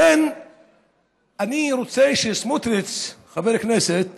לכן אני רוצה שחבר הכנסת